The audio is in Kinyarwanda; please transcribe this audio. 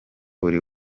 buri